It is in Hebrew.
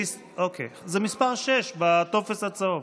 זה מס' 6 בטופס הצהוב.